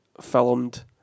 filmed